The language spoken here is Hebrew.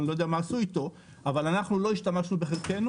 אני לא יודע מה עשו אתו אבל אנחנו לא השתמשנו בחלקנו